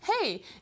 Hey